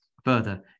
Further